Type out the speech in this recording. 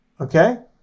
okay